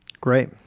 Great